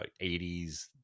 80s